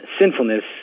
sinfulness